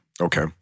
Okay